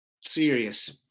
serious